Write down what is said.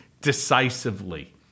decisively